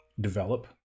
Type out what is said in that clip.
develop